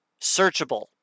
searchable